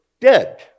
dead